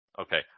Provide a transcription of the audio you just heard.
Okay